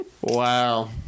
Wow